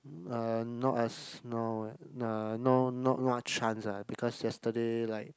uh not as no uh no not not much chance ah because yesterday like